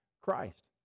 christ